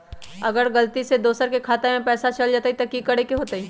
अगर गलती से दोसर के खाता में पैसा चल जताय त की करे के होतय?